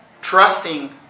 trusting